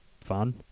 fun